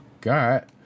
got